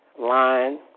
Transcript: line